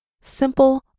simple